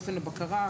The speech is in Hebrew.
אופן הבקרה.